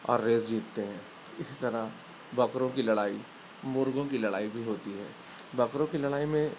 اور ریس جیتتے ہیں اسی طرح بکروں کی لڑائی مرغوں کی لڑائی بھی ہوتی ہے بکروں کی لڑائی میں